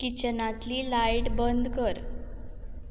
किचनांतली light बंद कर